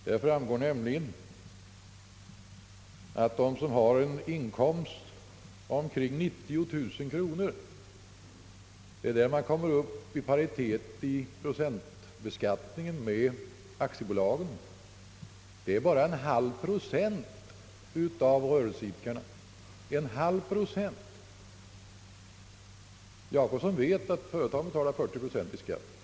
Det framgår nämligen att de företagare som har en inkomst över 90 000 kronor — det är då man kommer upp i paritet med procentbeskattningen för aktiebolag — utgör bara en halv procent av totala antalet rörelseidkare. Herr Gösta Jacobsson vet att företagen betalar 40 procent i statlig skatt.